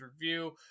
Review